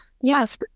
yes